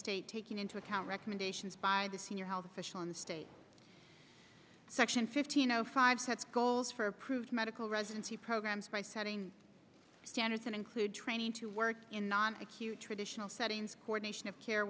state taking into account recommendations by the senior health official in the state section fifteen zero five sets goals for approved medical residency programs by setting standards and include training to work in non acute traditional settings coordination of care